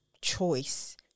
choice